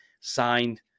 signed